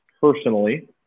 personally